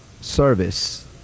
service